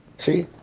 see?